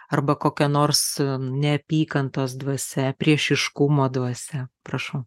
arba kokia nors neapykantos dvasia priešiškumo dvasia prašau